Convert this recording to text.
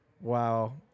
Wow